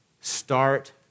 start